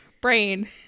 brain